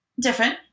different